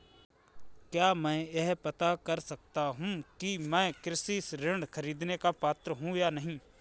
क्या मैं यह पता कर सकता हूँ कि मैं कृषि ऋण ख़रीदने का पात्र हूँ या नहीं?